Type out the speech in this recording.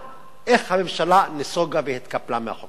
איך הממשלה נסוגה והתקפלה מהחוק הזה.